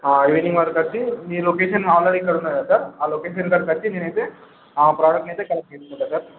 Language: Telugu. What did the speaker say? ఆ ఈవెనింగ్ వరకు వచ్చి మీ లొకేషన్ ఆల్రెడీ ఇక్కడ ఉంది కదా సార్ ఆ లొకేషన్ దగ్గరకి వచ్చి నేను అయితే ఆ ప్రోడక్ట్ని అయితే కలెక్ట్ చేసుకుంటాను సార్